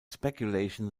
speculation